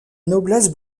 noblesse